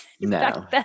No